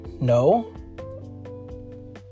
No